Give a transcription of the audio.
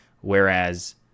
whereas